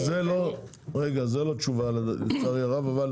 זה לא תשובה, לצערי הרב.